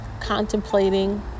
contemplating